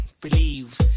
believe